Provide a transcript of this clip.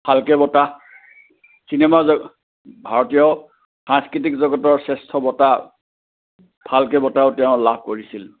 ফাল্কে বঁটা চিনেমা জগ ভাৰতীয় সাংস্কৃতিক জগতৰ শ্ৰেষ্ঠ বঁটা ফাল্কে বঁটাও তেওঁ লাভ কৰিছিল